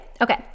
Okay